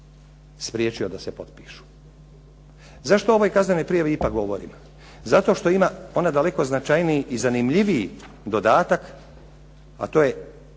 spriječio da se potpišu. Zašto o ovoj kaznenoj prijavi ipak govorim? Zato što ima ona daleko značajniji i zanimljiviji dodatak, a to je